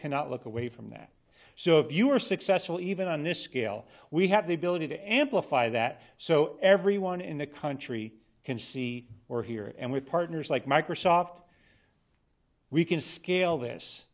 cannot look away from that so if you are successful even on this scale we have the ability to amplify that so everyone in the country can see or hear and with partners like microsoft we can scale this